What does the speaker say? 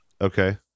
okay